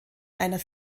einer